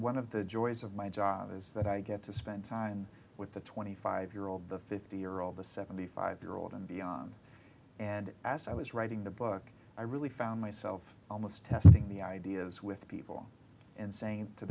one of the joys of my job is that i get to spend time with the twenty five year old the fifty year old the seventy five year old and beyond and as i was writing the book i really found myself almost testing the ideas with people and saying to